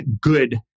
good